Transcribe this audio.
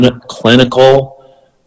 clinical